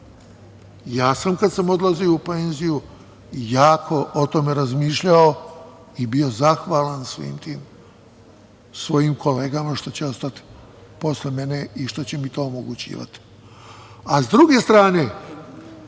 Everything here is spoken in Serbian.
Kada sam odlazio u penziju jako sam o tome razmišljao i bio zahvalan svim tim svojim kolegama što će ostati posle mene i što će mi to omogućivati.S